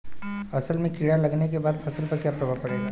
असल में कीड़ा लगने के बाद फसल पर क्या प्रभाव पड़ेगा?